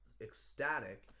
ecstatic